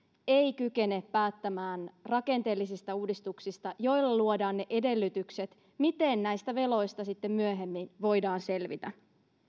ei kykene päättämään rakenteellisista uudistuksista joilla luodaan ne edellytykset miten näistä veloista sitten myöhemmin voidaan selvitä